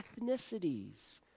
ethnicities